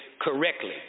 correctly